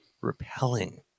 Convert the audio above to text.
repelling